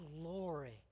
glory